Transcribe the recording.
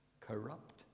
corrupt